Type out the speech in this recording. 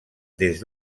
des